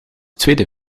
tweede